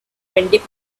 twenty